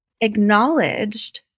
acknowledged